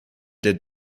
did